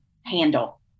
handle